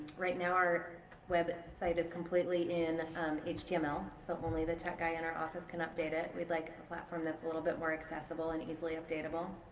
right now our website is completely in um html so only the tech guy in our office can update it we'd like a platform that's a little bit more accessible and easily updatable